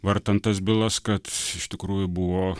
vartant tas bylas kad iš tikrųjų buvo